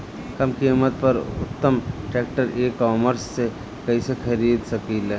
कम कीमत पर उत्तम ट्रैक्टर ई कॉमर्स से कइसे खरीद सकिले?